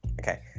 Okay